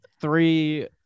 three